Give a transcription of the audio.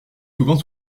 souvent